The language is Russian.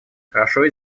хорошо